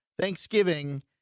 Thanksgiving